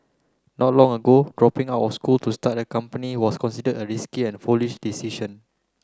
not long ago dropping out of school to start a company was considered a risky and foolish decision